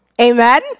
Amen